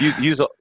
Use